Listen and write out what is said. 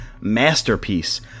masterpiece